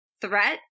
threat